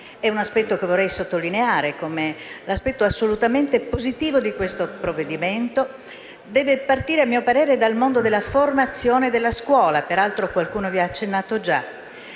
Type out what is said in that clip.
(è l'aspetto che vorrei sottolineare come elemento assolutamente positivo del provvedimento) deve partire, a mio parere, dal mondo della formazione e della scuola, come peraltro qualcuno ha accennato.